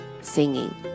singing